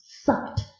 sucked